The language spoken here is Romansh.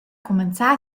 cumanzà